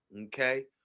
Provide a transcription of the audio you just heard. okay